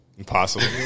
Impossible